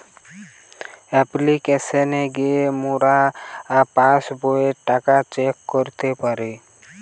অপ্লিকেশনে গিয়ে মোরা পাস্ বইয়ের টাকা চেক করতে পারি